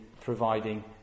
providing